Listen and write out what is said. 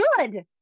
good